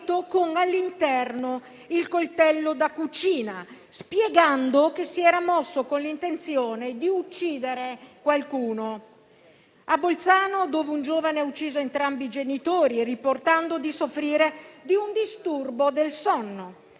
con all'interno il coltello da cucina, spiegando che si era mosso con l'intenzione di uccidere qualcuno; a Bolzano, dove un giovane ha ucciso entrambi i genitori, riportando di soffrire di un disturbo del sonno;